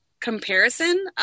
comparison